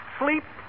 sleep